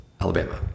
Alabama